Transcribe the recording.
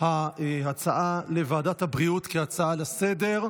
ההצעות לוועדת הבריאות כהצעות לסדר-היום.